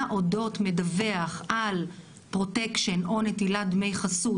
אודות מדווח על פרוטקשן או נטילת דמי חסות,